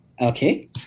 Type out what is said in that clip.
Okay